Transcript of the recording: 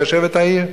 ליישב את העיר.